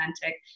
authentic